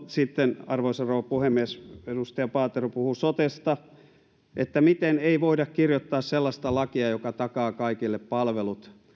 sitten arvoisa rouva puhemies edustaja paatero kysyi sotesta miten ei voida kirjoittaa sellaista lakia joka takaa kaikille palvelut